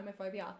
homophobia